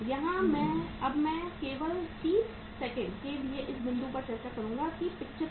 यहाँ अब मैं केवल 30 सेकंड के लिए इस बिंदु पर चर्चा करूँगा जो कि 75 है